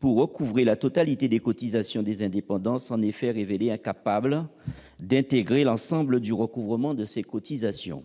pour recouvrer la totalité des cotisations des indépendants, s'est révélé incapable d'intégrer l'ensemble du recouvrement de ces cotisations.